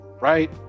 right